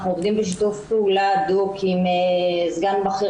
אנחנו עובדים בשיתוף פעולה הדוק עם סגן בכיר